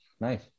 Nice